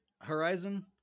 Horizon